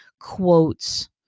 quotes